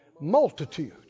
multitudes